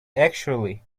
actually